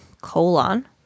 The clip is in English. colon